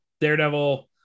Daredevil